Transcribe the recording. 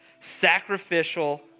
Sacrificial